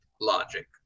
logic